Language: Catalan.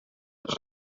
als